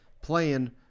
playing